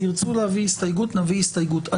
ירצו להביא הסתייגות נביא הסתייגות.